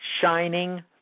shining